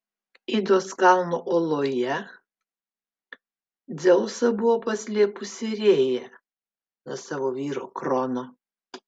idos kalno oloje dzeusą buvo paslėpusi rėja nuo savo vyro krono